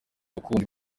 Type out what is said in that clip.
bakunzi